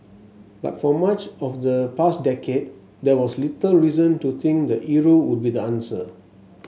but for much of the past decade there was little reason to think the euro would be the answer